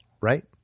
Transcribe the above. right